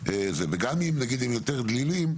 וגם אם נגיד יותר דלילים,